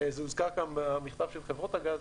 זה הוזכר כאן במכתב של חברות הגז.